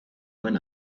when